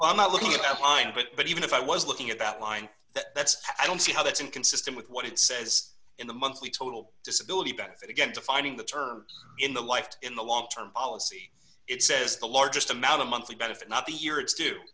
and i'm not looking at that line but even if i was looking at that line that's i don't see how that's inconsistent with what it says in the monthly total disability benefit again to finding the terms in the life in the long term policy it says the largest amount of monthly benefit not the year it's